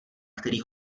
který